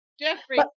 Jeffrey